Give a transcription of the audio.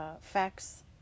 facts